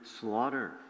slaughter